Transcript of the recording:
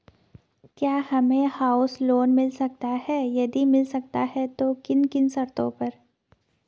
क्या हमें house loan मिल सकता है यदि मिल सकता है तो किन किन शर्तों पर?